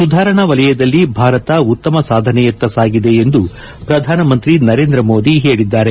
ಸುಧಾರಣಾ ವಲಯದಲ್ಲಿ ಭಾರತ ಉತ್ತಮ ಸಾಧನೆಯತ್ತ ಸಾಗಿದೆ ಎಂದು ಪ್ರಧಾನಮಂತ್ರಿ ನರೇಂದ್ರ ಮೋದಿ ಹೇಳಿದ್ದಾರೆ